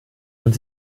und